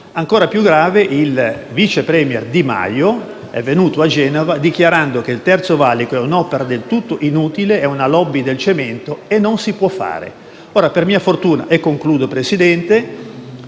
Ancora più grave: il vice *premier* Di Maio è venuto a Genova dichiarando che il Terzo valico è un'opera del tutto inutile, è una *lobby* del cemento e non si può fare. Per mia fortuna - e concludo il